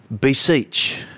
Beseech